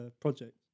project